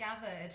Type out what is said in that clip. gathered